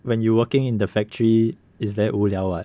when you working in the factory it's very 无聊 [what]